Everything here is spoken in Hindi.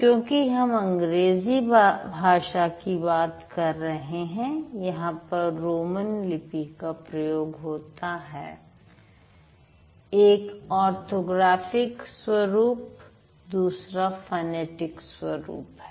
क्योंकि हम अंग्रेजी भाषा की बात कर रहे हैं यहां पर रोमन लिपि का प्रयोग होता है एक ऑर्थोग्राफिक स्वरूप दूसरा फनेटिक स्वरूप है